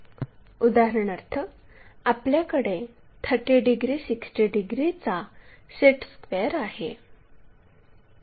उदाहरणार्थ आपल्याकडे 30 डिग्री 60 डिग्रीचा सेट स्क्वेअर आहे